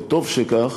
וטוב שכך,